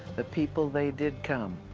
the people, they did come.